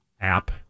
app